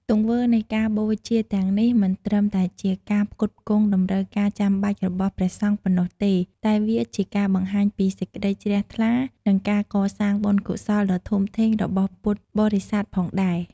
ទង្វើនៃការបូជាទាំងនេះមិនត្រឹមតែជាការផ្គត់ផ្គង់តម្រូវការចាំបាច់របស់ព្រះសង្ឃប៉ុណ្ណោះទេ តែវាជាការបង្ហាញពីសេចក្តីជ្រះថ្លា និងការកសាងបុណ្យកុសលដ៏ធំធេងរបស់ពុទ្ធបរិស័ទផងដែរ។